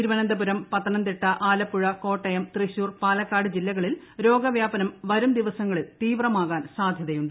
തിരുവനന്തപുരം പത്തനംതിട്ട ആലപ്പുഴ കോട്ടയം തൃശൂർ പാലക്കാട് ജില്ലകളിൽ രോഗവ്യാപനം വരും ദിവസങ്ങളിൽ തീവ്രമാകാൻ സാധ്യതയുണ്ട്